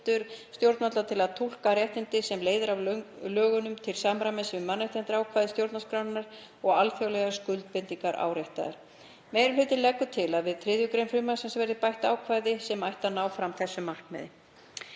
stjórnvalda til að túlka réttindi sem leiðir af lögunum til samræmis við mannréttindaákvæði stjórnarskrárinnar og alþjóðlegar skuldbindingar áréttaðar. Meiri hlutinn leggur til að við 3. gr. frumvarpsins verði bætt ákvæði sem ætti að ná fram því markmiði.